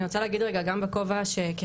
אני רוצה להגיד רגע גם בכובע כחברת